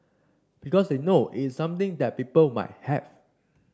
because they know it's something that people might have